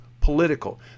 political